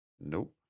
Nope